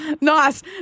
Nice